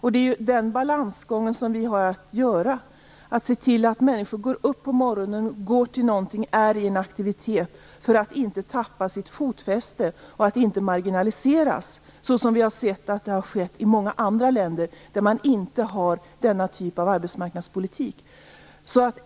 Det är den balansgången som vi har att gå. Vi har att se till att människor går upp på morgonen, går till någonting och är i en aktivitet för att inte tappa sitt fotfäste och inte marginaliseras såsom vi har sett har skett i många andra länder där man inte har denna typ av arbetsmarknadspolitik.